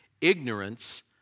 Ignorance